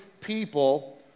people